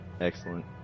Excellent